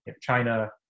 China